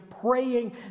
praying